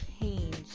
change